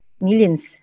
millions